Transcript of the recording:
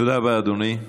תודה רבה, אדוני.